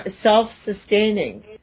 self-sustaining